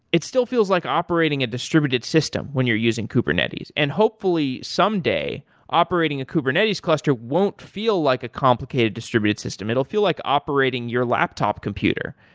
it still feels like operating a distributed system when you're using kubernetes and hopefully someday operating a kubernetes cluster won't feel like a complicated distributed system. it'll feel like operating your laptop computer.